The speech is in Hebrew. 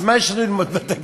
אז מה יש לנו ללמוד מהתקציב?